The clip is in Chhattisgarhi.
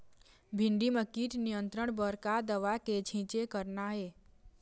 भिंडी म कीट नियंत्रण बर का दवा के छींचे करना ये?